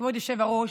כבוד היושב-ראש,